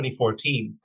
2014